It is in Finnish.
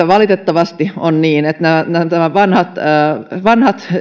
valitettavasti niin että nämä nämä vanhat vanhat